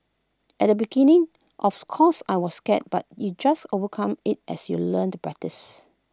at the beginning of course I was scared but you just overcome IT as you learn and practice